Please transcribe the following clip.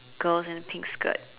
girl is in a pink skirt